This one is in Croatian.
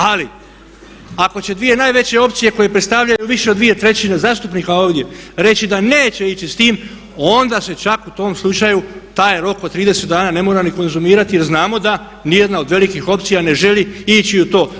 Ali, ako će dvije najveće opcije koje predstavljaju više od dvije trećine zastupnika ovdje reći da neće ići s tim onda se čak u tom slučaju taj rok od 30 dana ne mora ni konzumirati jer znamo da nijedna od velikih opcija ne želi ići u to.